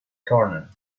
corner